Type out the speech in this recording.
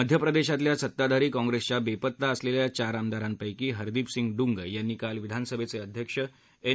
मध्यप्रदेशातल्या सत्ताधारी काँग्रेसच्या बेपत्ता असलेल्या चार आमदारांपैकी हरदीपसिंग डुंग यांनी काल विधानसभेचे अध्यक्ष एन